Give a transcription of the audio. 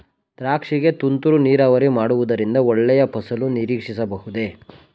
ದ್ರಾಕ್ಷಿ ಗೆ ತುಂತುರು ನೀರಾವರಿ ಮಾಡುವುದರಿಂದ ಒಳ್ಳೆಯ ಫಸಲು ನಿರೀಕ್ಷಿಸಬಹುದೇ?